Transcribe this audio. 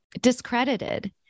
discredited